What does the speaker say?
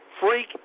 Freak